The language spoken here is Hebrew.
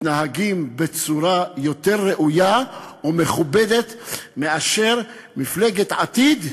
מתנהגים בצורה יותר ראויה ומכובדת מאשר מפלגת יש עתיד,